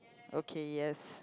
okay yes